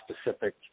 specific